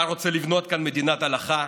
אתה רוצה לבנות כאן מדינת הלכה,